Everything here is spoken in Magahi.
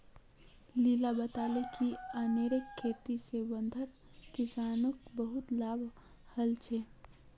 लिली बताले कि अनारेर खेती से वर्धार किसानोंक बहुत लाभ हल छे